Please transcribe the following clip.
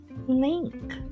Link